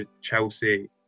Chelsea